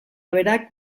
berak